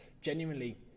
genuinely